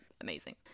amazing